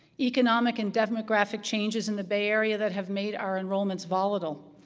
economic and demographic changes in the bay area that have made our enrollments volatile,